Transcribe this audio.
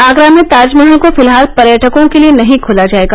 आगरा में ताजमहल को फिलहाल पर्यटकों के लिए नहीं खोला जाएगा